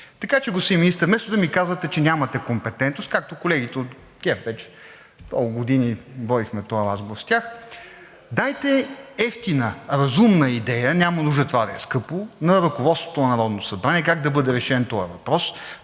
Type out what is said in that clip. Така че, господин Министър, вместо да ми казвате, че нямате компетентност, както с колегите от ГЕРБ вече много години водим този разговор, дайте евтина, разумна идея – няма нужда това да е скъпо, на ръководството на Народното събрание как да бъде решен този въпрос.